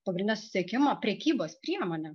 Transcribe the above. pagrindinė susisiekimo prekybos priemonė